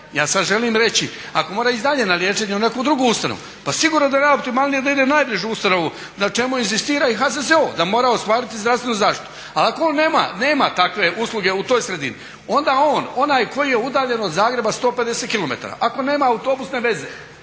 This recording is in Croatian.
ja sad želim reći ako mora ići dalje na liječenje u neku drugu ustanovu, pa sigurno da najoptimalnije da ide u najbližu ustanovu na čemu inzistira i HZZO, da mora ostvariti zdravstvenu zaštitu. Ali ako ono nema takve usluge u toj sredini, onda on onaj koji je udaljen od Zagreba 150 km, ako nema autobusne veze